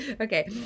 Okay